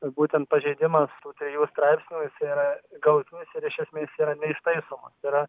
būtent pažeidimas tų trijų straipsnių jisai yra galutinis ir iš esmės yra neištaisomas tai yra